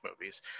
movies